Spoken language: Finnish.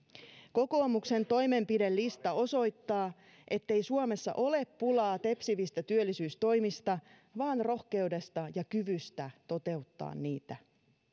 kokoomuksen toimenpidelista osoittaa ettei suomessa ole pulaa tepsivistä työllisyystoimista vaan rohkeudesta ja kyvystä toteuttaa niitä